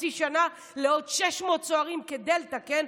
חצי שנה לעוד 600 סוהרים כדי לתקן,